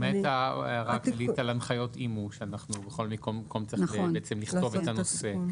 למעט ההערה הכללית על הנחיות אימ"ו שבכל מקום צריך לכתוב את הנושא.